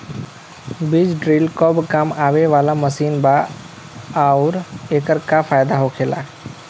बीज ड्रील कब काम आवे वाला मशीन बा आऊर एकर का फायदा होखेला?